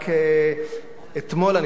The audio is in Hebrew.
רק אתמול דיברה,